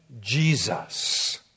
Jesus